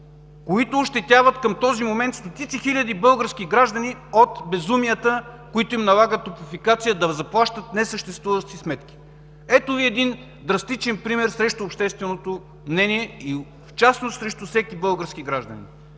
които ощетяват към този момент стотици хиляди български граждани от безумията, които им налага „Топлофикация” – да заплащат несъществуващи сметки. Ето Ви един драстичен пример срещу общественото мнение и в частност срещу всеки български гражданин.